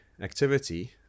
activity